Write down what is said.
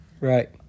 Right